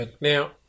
Now